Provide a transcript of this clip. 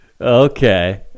Okay